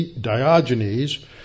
Diogenes